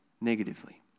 negatively